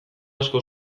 asko